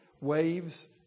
waves